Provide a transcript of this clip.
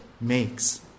makes